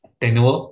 tenure